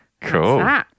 Cool